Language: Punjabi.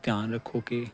ਧਿਆਨ ਰੱਖੋ ਕਿ